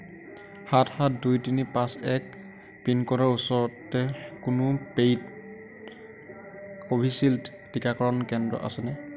সাত সাত দুই তিনি পাঁচ এক পিন ক'ডৰ ওচৰতে কোনো পে'ইড কোভিশ্ৱিল্ড টীকাকৰণ কেন্দ্ৰ আছেনে